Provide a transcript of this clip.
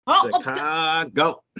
Chicago